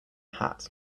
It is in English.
hat